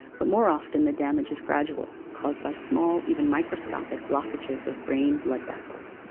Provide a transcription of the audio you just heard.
but more often the damage is gradual, caused by small, even microscopic blockages of brain blood vessels.